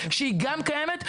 שהיא גם קיימת.